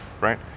right